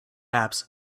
apps